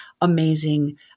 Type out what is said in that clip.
amazing